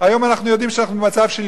היום אנחנו יודעים שאנחנו במצב של,